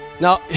Now